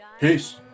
Peace